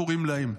קוראים להם,